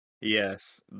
Yes